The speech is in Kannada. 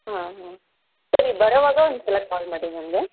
ಹಾಂ ಹಾಂ ಸರಿ ಬರೋವಾಗ ಒಂದು ಸಲ ಫೋನ್ ಮಾಡಿ ನನಗೆ